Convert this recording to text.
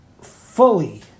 fully